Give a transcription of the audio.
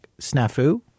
snafu